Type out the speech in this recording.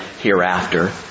hereafter